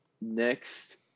Next